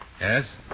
Yes